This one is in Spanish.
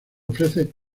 ofrece